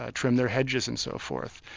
ah trim their hedges and so forth,